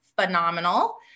phenomenal